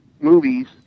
movies